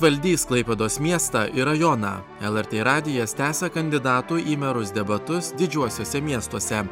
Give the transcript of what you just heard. valdys klaipėdos miestą ir rajoną lrt radijas tęsia kandidatų į merus debatus didžiuosiuose miestuose